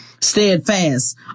Steadfast